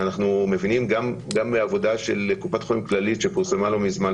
ואנחנו מבינים גם מעבודה של קופת חולים כללית שפורסמה לא מזמן,